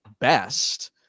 best